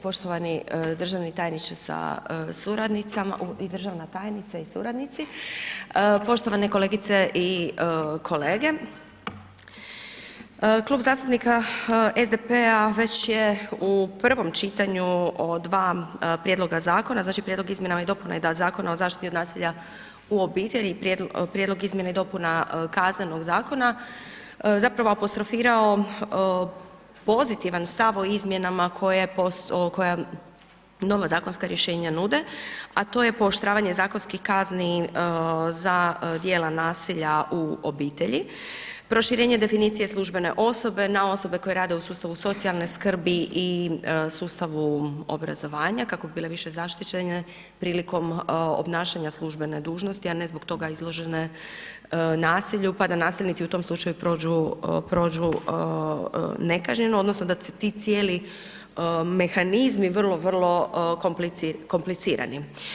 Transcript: Poštovani državni tajniče sa suradnicama i državna tajnica i suradnici, poštovane kolegice i kolege, Klub zastupnika SDP-a već je u prvom čitanju o dva prijedloga zakona, znači Prijedlog o izmjenama i dopunama Zakona o zaštiti od nasilja u obitelji i Prijedlog izmjena i dopuna Kaznenog zakona zapravo apostrofirao pozitivan stav o izmjenama koje, koja nova zakonska rješenja nude, a to je pooštravanje zakonskih kazni za djela nasilja u obitelji, proširenje definicije službene osobe na osobe koje rade u sustavu socijalne skrbi i sustavu obrazovanja kako bi bile više zaštićene prilikom obnašanja službene dužnosti, a ne zbog toga izložene nasilju, pa da nasilnici u tom slučaju prođu, prođu nekažnjeno odnosno da su ti cijeli mehanizmi vrlo, vrlo komplicirani.